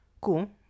Cool